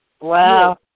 Wow